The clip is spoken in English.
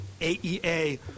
AEA